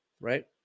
right